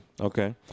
Okay